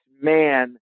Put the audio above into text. man